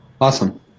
Awesome